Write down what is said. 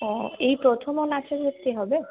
ও এই প্রথম ও নাচে ভর্তি হবে